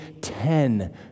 ten